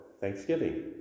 thanksgiving